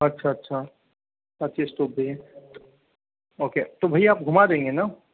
अच्छा अच्छा पचीस स्टॉप भी हैं तो ओके तो भैया आप घुमा देंगे ना